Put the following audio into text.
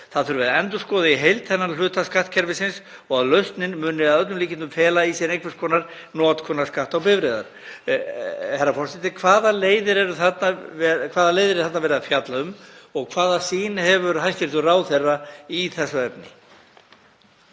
Það þurfi að endurskoða í heild þennan hluta skattkerfisins og að lausnin muni að öllum líkindum fela í sér einhvers konar notkunarskatt á bifreiðar. Herra forseti. Hvaða leiðir er þarna verið að fjalla um og hvaða sýn hefur hæstv. ráðherra í þessu efni?